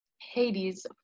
Hades